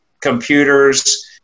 computers